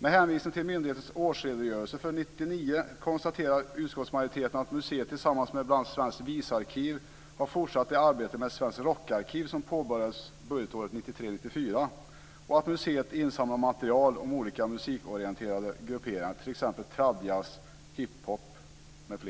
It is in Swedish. Med hänvisning till myndighetens årsredogörelse för år 1999 konstaterar utskottsmajoriteten att "museet tillsammans med bl.a. Svenskt Visarkiv har fortsatt det arbete med Svenskt Rockarkiv som påbörjades budgetåret 1993/94 och att museet insamlar material om olika musikorienterade grupperingar, t.ex. tradjazzfolket och hiphoppare m.fl.".